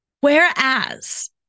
Whereas